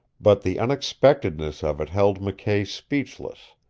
but the unexpectedness of it held mckay speechless,